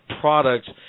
products